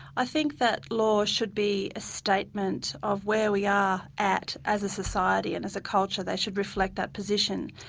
i think that laws should be a statement of where we are at as a society and as a culture. they should reflect that position.